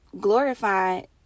glorified